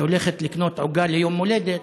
שהולכת לקנות עוגה ליום הולדת,